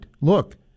look